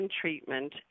treatment